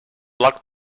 block